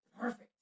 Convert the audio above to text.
perfect